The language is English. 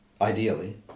ideally